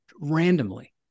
randomly